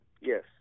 Yes